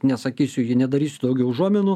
nesakysiu nedarysiu daugiau užuominų